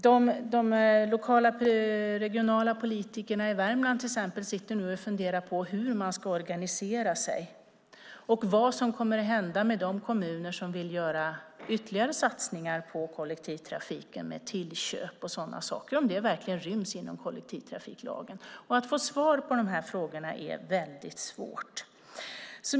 De lokala och regionala politikerna i Värmland till exempel funderar nu på hur man ska organisera sig och vad som kommer att hända med de kommuner som vill göra ytterligare satsningar på kollektivtrafiken, med tillköp och sådana saker, om det verkligen ryms inom kollektivtrafiklagen. Att få svar på dessa frågor är väldigt svårt.